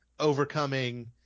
overcoming